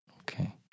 Okay